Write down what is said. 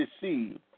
deceived